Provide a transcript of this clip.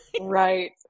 right